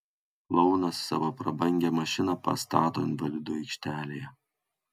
klounas savo prabangią mašiną pastato invalidų aikštelėje